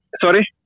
sorry